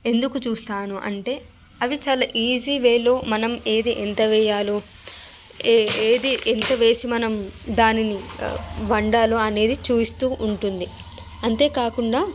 ఎందుకు చూస్తాను అంటే అవి చాలా ఈజీ వేలో మనం ఏది ఎంత వెయ్యాలో ఏ ఏది ఎంత వేసి మనం దానిని వండాలో అనేది చూపిస్తూ ఉంటుంది అంతేకాకుండా